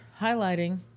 highlighting